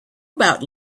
about